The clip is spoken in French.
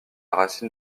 racine